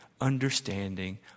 understanding